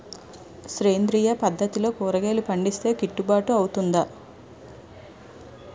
సేంద్రీయ పద్దతిలో కూరగాయలు పండిస్తే కిట్టుబాటు అవుతుందా?